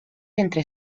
entre